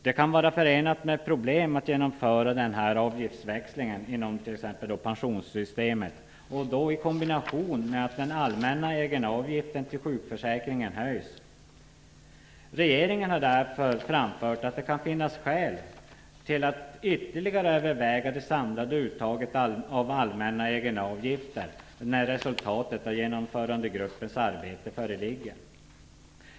Det kan vara förenat med problem att genomföra en avgiftsväxling inom t.ex. pensionssystemet i kombination med att den allmänna egenavgiften till sjukförsäkringen höjs. Regeringen har därför framfört att det kan finnas skäl till att ytterligare överväga det samlade uttaget av allmänna egenavgifter när resultatet av Genomförandegruppens arbete föreligger.